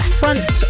front